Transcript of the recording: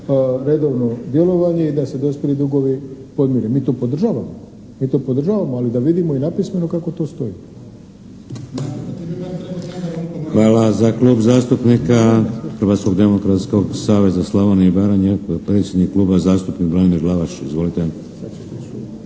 redovno djelovanje i da se dospjeli dugovi podmire. Mi to podržavamo ali da vidimo i napismeno kako to stoji. **Šeks, Vladimir (HDZ)** Hvala. Za Klub zastupnika Hrvatskog demokratskog saveza Slavonije i Baranje predsjednik Kluba zastupnika Branimir Glavaš. Izvolite!